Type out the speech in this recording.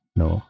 no